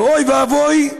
ואוי ואבוי,